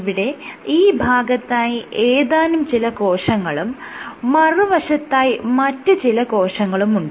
ഇവിടെ ഈ ഭാഗത്തായി ഏതാനും ചില കോശങ്ങളും മറുവശത്തായി മറ്റു ചില കോശങ്ങളുമുണ്ട്